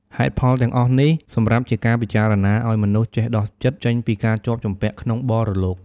ហេតុផលទាំងអស់នេះ សម្រាប់ជាការពិចារណាអោយមនុស្សចេះដោះចិត្តចេញពីការជាប់ជំពាក់ក្នុងបរលោក។